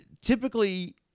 typically